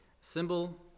symbol